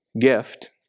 gift